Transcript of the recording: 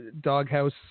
Doghouse